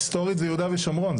היסטורית זה יהודה ושומרון,